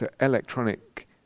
electronic